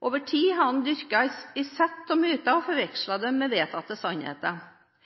Over tid har man dyrket et sett med myter og forvekslet dem med vedtatte sannheter.